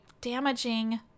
damaging